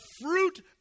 fruit